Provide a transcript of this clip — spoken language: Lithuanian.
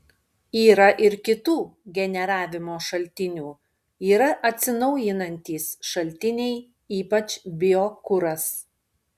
yra ir kitų generavimo šaltinių yra atsinaujinantys šaltiniai ypač biokuras